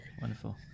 wonderful